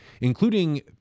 including